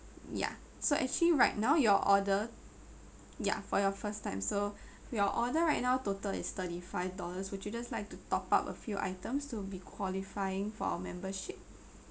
ya so actually right now your order ya for your first time so your order right now total is thirty five dollars would you just like to top up a few items to be qualifying for our membership